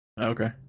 okay